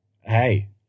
Hey